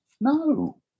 No